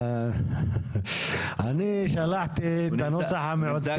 אני שלחתי את הנוסח המעודכן,